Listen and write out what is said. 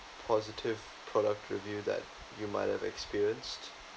positive product review that you might have experienced